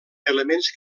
elements